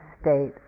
state